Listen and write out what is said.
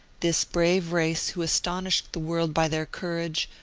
this brave race who astonished the world by their courage,